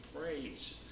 praise